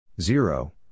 Zero